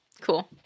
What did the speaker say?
cool